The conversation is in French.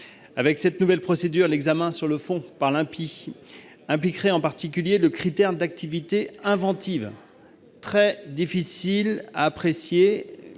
Avec cette nouvelle procédure, l'examen sur le fond par l'INPI impliquerait, notamment, le critère d'activité inventive, très difficile à apprécier